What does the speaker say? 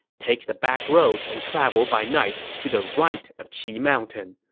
take the backroads and travel by night to the right of qi mountain.